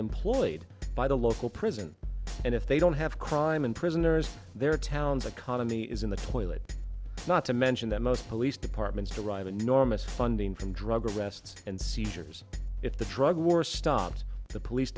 employed by the local prison and if they don't have crime in prisoners their towns economy is in the toilet not to mention that most police departments derive enormous funding from drug arrests and seizures if the drug war stopped the police